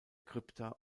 krypta